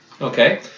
Okay